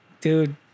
dude